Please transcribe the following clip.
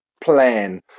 plan